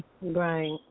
Right